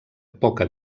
poca